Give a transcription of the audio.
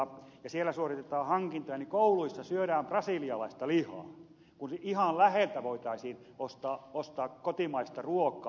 kun siellä suoritetaan hankintoja niin kouluissa syödään brasilialaista lihaa kun ihan läheltä voitaisiin ostaa kotimaista ruokaa